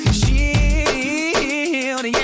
shield